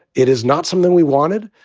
it is not something we wanted.